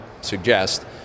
suggest